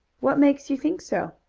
what makes you think so?